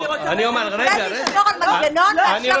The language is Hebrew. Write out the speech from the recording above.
מי שומר על מנגנון יותר מעל